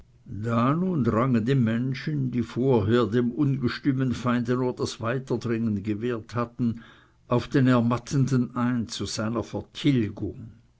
nun drangen die menschen die vorher dem ungestümen feinde nur das weiterdringen gewehrt hatten auf den ermattenden ein zu seiner vertilgung